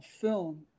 film